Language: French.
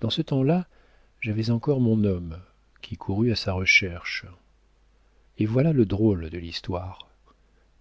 dans ce temps-là j'avais encore mon homme qui courut à sa recherche et voilà le drôle de l'histoire